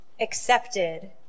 accepted